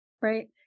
right